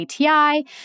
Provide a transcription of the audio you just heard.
ATI